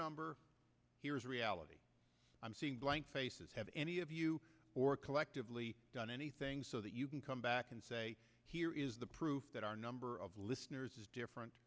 number here's a reality blank faces have any of you or collectively done anything so that you can come back and say here is the proof that our number of listeners is different